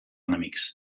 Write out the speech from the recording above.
enemics